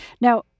Now